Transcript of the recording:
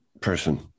person